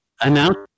Announce